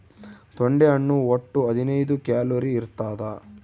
ತೊಂಡೆ ಹಣ್ಣು ಒಟ್ಟು ಹದಿನೈದು ಕ್ಯಾಲೋರಿ ಇರ್ತಾದ